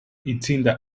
itsinda